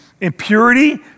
impurity